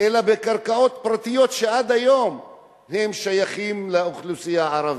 אלה קרקעות פרטיות שעד היום שייכות לאוכלוסייה הערבית,